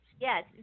Yes